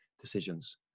decisions